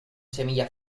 semilla